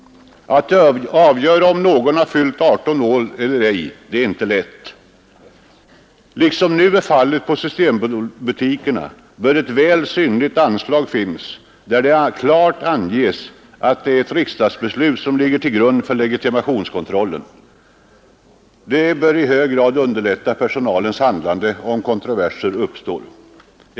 Att avgöra om någon har fyllt 18 år eller ej är inte lätt. Liksom nu är fallet på systembutikerna bör ett väl synligt anslag finnas, där det klart anges att det är etr riksdagsbeslut som ligger till grund för legitimationskontrollen. Det bör i hög grad underlätta för personalens handlande, om kontroverser uppstår.